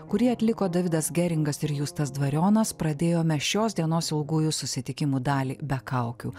kurį atliko davidas geringas ir justas dvarionas pradėjome šios dienos ilgųjų susitikimų dalį be kaukių